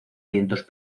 vientos